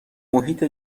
محیط